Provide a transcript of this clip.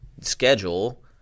schedule